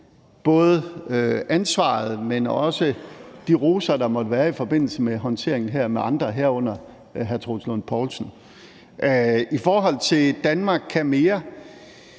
både ansvaret, men også de roser, der måtte være i forbindelse med håndteringen her, med andre, herunder hr. Troels Lund Poulsen. I forhold til »Danmark kan mere